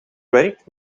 werkt